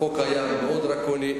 החוק היה מאוד דרקוני.